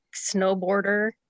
snowboarder